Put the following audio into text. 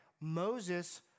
Moses